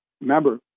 remember